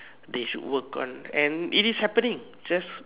they should work on and it is happening just